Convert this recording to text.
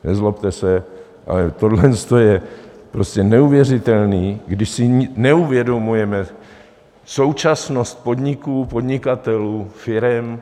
Nezlobte se, ale tohleto je prostě neuvěřitelné, když si neuvědomujeme současnost podniků, podnikatelů, firem.